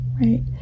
right